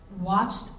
watched